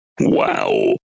Wow